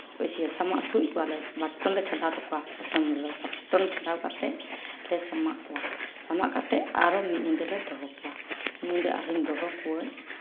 ᱥᱟᱢᱟᱜ ᱥᱩᱡ ᱠᱚᱣᱟᱞᱮ ᱵᱟᱠᱴᱳᱱ ᱞᱮ ᱪᱷᱟᱰᱟᱣ ᱛᱟᱠᱚᱣᱟ ᱯᱨᱚᱛᱷᱚᱢ ᱨᱮᱫᱚ ᱵᱟᱠᱴᱳᱱ ᱪᱷᱟᱰᱟᱣ ᱠᱟᱛᱮᱫ ᱞᱮ ᱥᱟᱢᱟᱜ ᱠᱚᱣᱟ ᱥᱟᱢᱟᱜ ᱠᱟᱛᱮᱫ ᱟᱨᱚ ᱢᱤᱫ ᱧᱤᱫᱟᱹᱞᱮ ᱫᱚᱦᱚ ᱠᱚᱣᱟ ᱢᱤᱫ ᱧᱤᱫᱟᱹ ᱟᱨᱦᱚᱸᱧ ᱫᱚᱦᱚ ᱠᱚᱣᱟᱹᱧ